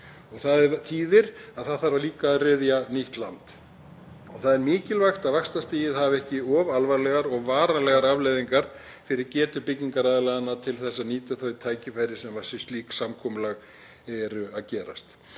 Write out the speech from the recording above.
Það þýðir að það þarf líka að ryðja nýtt land. Það er mikilvægt að vaxtastigið hafi ekki of alvarlegar og varanlegar afleiðingar fyrir getu byggingaraðilanna til að nýta þau tækifæri sem slíkt samkomulag gefur.